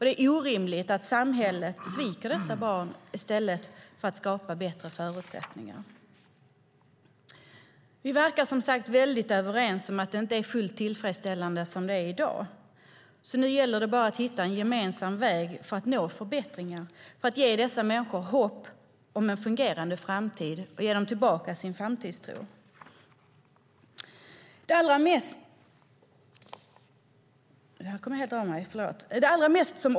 Det är orimligt att samhället sviker dessa barn i stället för att skapa bättre förutsättningar. Vi verkar, som sagt, väldigt överrens om att det inte är fullt tillfredsställande som det är i dag. Nu gäller det bara att hitta en gemensam väg för att nå förbättringar för att ge dessa människor hopp om en fungerande framtid och ge dem tillbaka deras framtidstro.